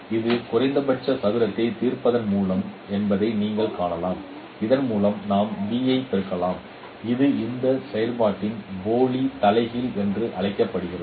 இது குறைந்தபட்ச சதுரத்தை தீர்ப்பதன் மூலம் என்பதை நீங்கள் காணலாம் இதன் மூலம் நாம் b ஐ பெருக்கலாம் இது இந்த செயல்பாட்டின் போலி தலைகீழ் என்று அழைக்கப்படுகிறது